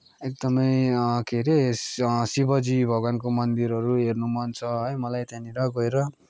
एकदमै के अरे शिवजी भगवानको मन्दिरहरू हेर्न मन छ है मलाई त्यहाँनिर गएर